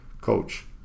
Coach